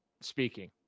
speaking